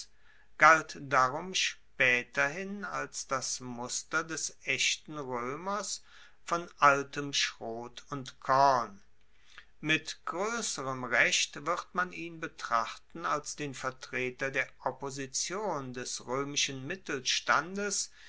galt darum spaeterhin als das muster des echten roemers von altem schrot und korn mit groesserem recht wird man ihn betrachten als den vertreter der opposition des roemischen mittelstandes